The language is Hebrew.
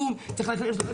צריך להכין לו שיקום,